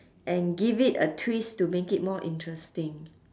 and give it a twist to make it more interesting